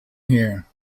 here